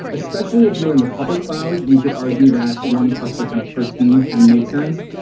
especially if you're in the public cloud, you could argue that one cluster kind of per team can make sense,